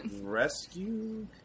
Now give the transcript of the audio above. Rescue